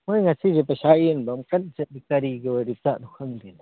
ꯃꯣꯏ ꯉꯁꯤꯁꯦ ꯄꯩꯁꯥ ꯌꯦꯟꯕ ꯑꯃ ꯀꯟ ꯆꯠꯂꯤ ꯀꯔꯤꯒꯤ ꯑꯣꯏꯔꯤꯕ ꯖꯥꯠꯅꯣ ꯈꯪꯗꯦꯅꯦ